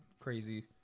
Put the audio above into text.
crazy